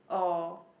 or